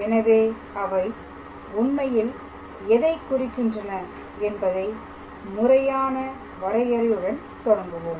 எனவே அவை உண்மையில் எதை குறிக்கின்றன என்பதை முறையான வரையறையுடன் தொடங்குவோம்